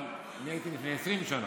אני הייתי לפני 20 שנה,